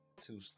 two